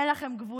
אין לכם גבולות.